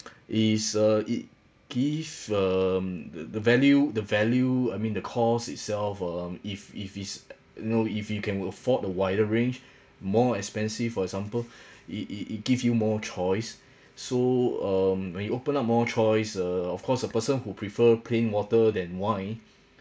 is uh it gives um th~ the value the value I mean the cost itself um if if it's know if you can afford a wider range more expensive for example it it it give you more choice so um when you open up more choice uh of course a person who prefer plain water than wine